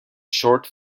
short